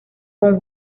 con